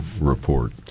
report